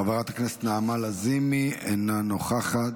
חברת הכנסת נעמה לזימי, אינה נוכחת,